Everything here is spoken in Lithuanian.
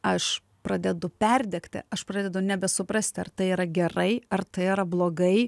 aš pradedu perdegti aš pradedu nebesuprasti ar tai yra gerai ar tai yra blogai